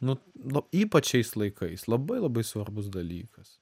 nu nu ypač šiais laikais labai labai svarbus dalykas